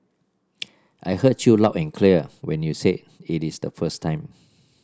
I heard you loud and clear when you said it is the first time